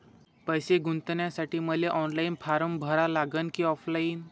पैसे गुंतन्यासाठी मले ऑनलाईन फारम भरा लागन की ऑफलाईन?